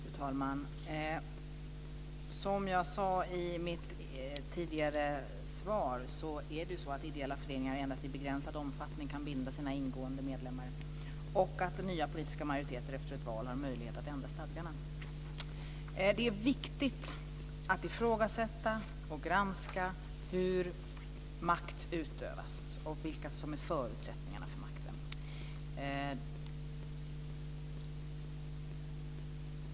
Fru talman! Som jag sade i mitt svar kan ideella föreningar endast i begränsad omfattning binda sina medlemmar och att nya politiska majoriteter har möjlighet att ändra stadgarna efter ett val. Det är viktigt att ifrågasätta och granska hur makt utövas och vilka som är förutsättningarna för makten.